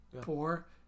poor